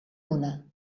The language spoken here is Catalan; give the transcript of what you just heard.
una